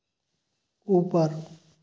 ऊपर